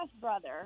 brother